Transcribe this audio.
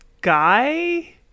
guy